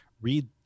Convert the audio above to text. read